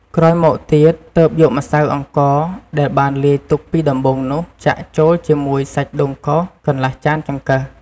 ក្រោយមកទៀត ទើបយកម្សៅអង្ករ ដែលបានលាយទុកពីដំបូងនោះ ចាក់ចូលជាមួយ សាច់ដូងកោស កន្លះចានចង្កឹះ។